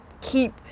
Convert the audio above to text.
keep